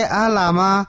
alama